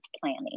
planning